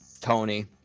Tony